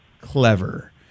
clever